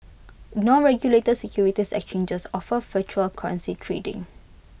no regulated securities exchanges offer virtual currency trading